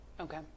Okay